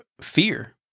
fear